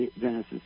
Genesis